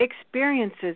Experiences